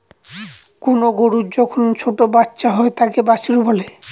কোনো গরুর যখন ছোটো বাচ্চা হয় তাকে বাছুর বলে